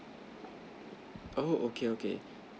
oh okay okay